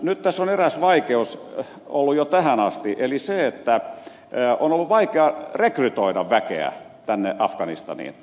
nyt tässä on eräs vaikeus ollut jo tähän asti eli se että on ollut vaikea rekrytoida väkeä afganistaniin